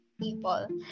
people